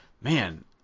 man